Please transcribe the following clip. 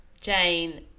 Jane